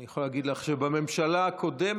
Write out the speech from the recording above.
אני יכול להגיד לך שבממשלה הקודמת,